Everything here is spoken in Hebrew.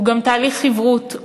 הוא גם תהליך חברות,